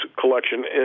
collection